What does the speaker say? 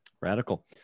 Radical